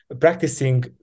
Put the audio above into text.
practicing